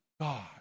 God